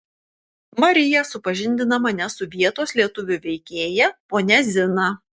marija supažindina mane su vietos lietuvių veikėja ponia zina